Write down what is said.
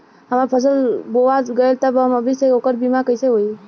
हमार फसल बोवा गएल बा तब अभी से ओकर बीमा कइसे होई?